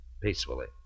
Peacefully